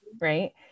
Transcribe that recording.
right